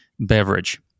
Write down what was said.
Beverage